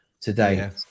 today